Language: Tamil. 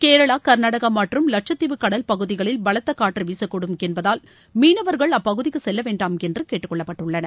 கேரளா ன்நாடகா மற்றும் லட்சத்தீவு கடல்பகுதிகளில் பலத்த னற்று வீசக்கூடும் என்பதால் மீனவர்கள் அப்பகுதிக்கு செல்லவேண்டாம் என்று கேட்டுக்கொள்ளப்பட்டுள்ளனர்